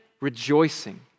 rejoicing